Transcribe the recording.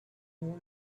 more